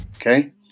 Okay